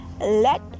let